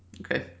Okay